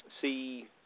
see